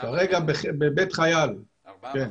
כרגע בבית חייל ארבעה בחדר.